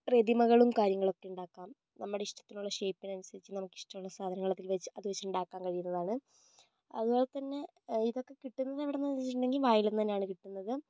പ്രതിമകളും കാര്യങ്ങളൊക്കെ ഉണ്ടാക്കാം നമ്മുടെ ഇഷ്ട്ടത്തിനുള്ള ഷേപ്പിനനുസരിച്ച് നമ്മുക്കിഷ്ട്ടമുള്ള സാധനങ്ങള് നമുക്കതിൽ വച്ച് ഉണ്ടാക്കാൻ കഴിയുന്നതാണ് അതുപോലെ തന്നെ ഇതൊക്കെ കിട്ടുന്നതെവിടുന്നാന്ന് ചോദിച്ചിട്ടുണ്ടെങ്കിൽ വയലിൽ നിന്ന് തന്നെയാണ് കിട്ടുന്നത്